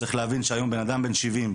צריך להבין שהיום בן אדם בן 70,